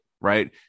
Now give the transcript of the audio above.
right